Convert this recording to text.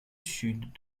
sud